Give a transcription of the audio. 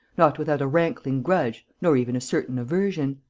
not without a rankling grudge nor even a certain aversion.